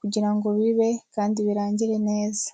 kugira bibe kandi birangire neza.